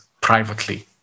privately